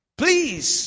please